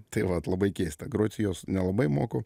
taip vat labai keista groti juo nelabai moku